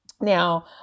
now